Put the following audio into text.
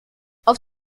auf